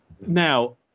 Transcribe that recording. Now